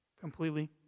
Completely